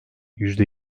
yüzde